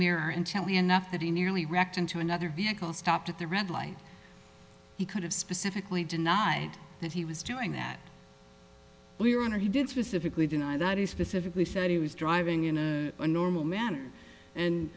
mirror intently enough that he nearly wrecked into another vehicle stopped at the red light he could have specifically denied that he was doing that we were under he did specifically deny that he specifically said he was driving in a normal manner and